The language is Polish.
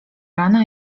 rana